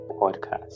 podcast